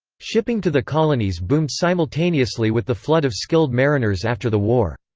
shipping to the colonies boomed simultaneously with the flood of skilled mariners after the war.